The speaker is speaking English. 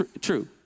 true